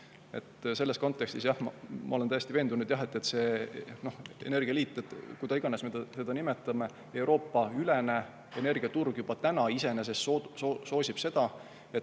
Selles kontekstis ma olen täiesti veendunud, et see energialiit, kuidas iganes me teda nimetame, Euroopa-ülene energiaturg juba praegu iseenesest soosib seda,